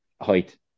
height